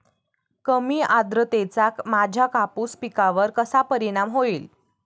कमी आर्द्रतेचा माझ्या कापूस पिकावर कसा परिणाम होईल?